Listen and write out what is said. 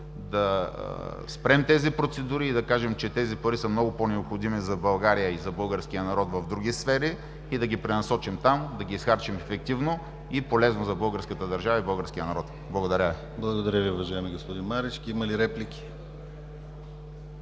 да спрем тези процедури и да кажем, че тези пари са много по-необходими за България и за българския народ в други сфери и да ги пренасочим там, да ги изхарчим ефективно и полезно за българската държава и българския народ. Благодаря Ви. ПРЕДСЕДАТЕЛ ДИМИТЪР ГЛАВЧЕВ: Благодаря Ви, господин Марешки. Има ли реплики?